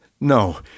No